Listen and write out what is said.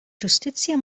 ġustizzja